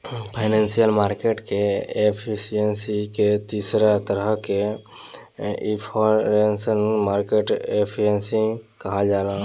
financial market के efficiency के तीसर तरह के इनफॉरमेशनल मार्केट एफिशिएंसी कहाला